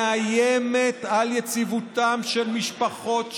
מאיימת על יציבותם של משפחות,